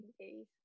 days